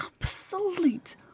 absolute